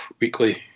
weekly